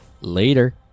Later